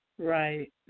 Right